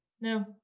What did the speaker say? no